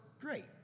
great